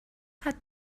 hat